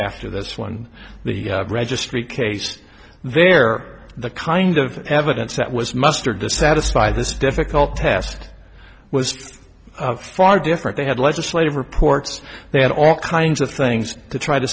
after this one the registry case there the kind of evidence that was mustered to satisfy this difficult test was far different they had legislative reports they had all kinds of things to try to